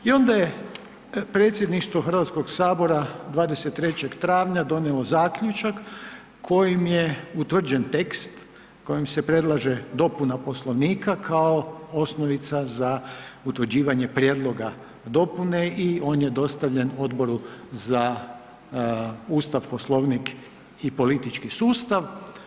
I onda je Predsjedništvo Hrvatskog sabora 23. travnja donijelo Zaključak kojim je utvrđen tekst kojim se predlaže dopuna Poslovnika kao osnovica za utvrđivanje prijedloga dopune i on je dostavljen Odboru za Ustav, Poslovnik i politički sustav.